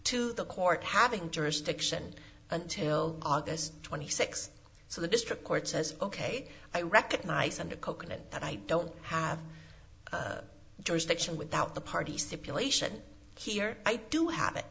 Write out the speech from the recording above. to the court having jurisdiction until august twenty sixth so the district court says ok i recognize under coconut that i don't have jurisdiction without the party stipulation here i do have it